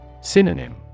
Synonym